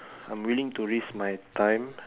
I'm willing to risk my time